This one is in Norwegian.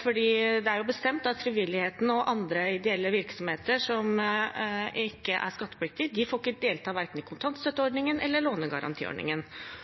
For det er bestemt at frivilligheten og andre ideelle virksomheter som ikke er skattepliktig, ikke får delta verken i